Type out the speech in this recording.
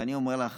ואני אומר לך